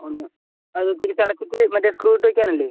ഒന്ന് അത് തിരിച്ചടച്ചിട്ട് മറ്റേ സ്ക്രൂ ഇട്ട് വെക്കാനല്ലേ